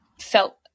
felt